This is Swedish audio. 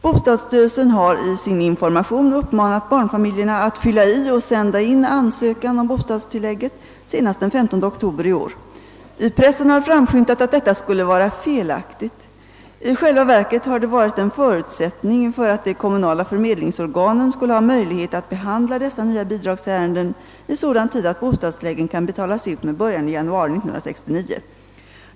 Bostadsstyrelsen har i sin informa tion uppmanat barnfamiljerna att fylla i och sända in ansökan om bostadstilllägget senast den 15 oktober i år. I pressen har framskymtat att detta skulle vara felaktigt. I själva verket har det varit en förutsättning för att de kommunala förmedlingsorganen skall ha möjlighet att behandla dessa nya bidragsärenden i sådan tid att bostadstilläggen kan betalas ut med början i januari 1969.